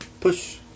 Push